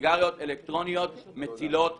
סיגריות אלקטרוניות מצילות חיים.